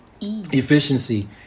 Efficiency